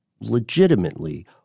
legitimately